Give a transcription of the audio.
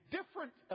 different